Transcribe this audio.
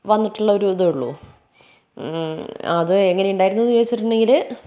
വന്നിട്ടുള്ള ഒരു ഇതേ ഉള്ളു അത് എങ്ങനെ ഉണ്ടായിരുന്നു എന്ന് ചോദിച്ചിട്ടുണ്ടെങ്കിൽ